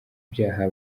byaha